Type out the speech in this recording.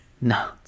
no